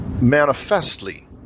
Manifestly